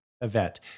event